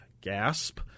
gasp